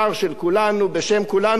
בשם כולנו תודה רבה לך.